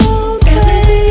okay